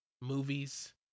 movies